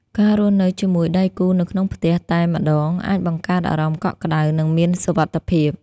ការរស់នៅជាមួយដៃគូនៅក្នុងផ្ទះតែម្ដងអាចបង្កើតអារម្មណ៍កក់ក្តៅ និងមានសុវត្ថិភាព។